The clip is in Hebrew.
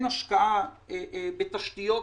השקעה בתשתיות,